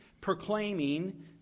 proclaiming